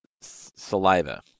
saliva